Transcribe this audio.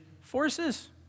forces